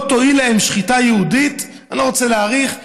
לא תועיל להם שחיטה יהודית, אני לא רוצה להאריך,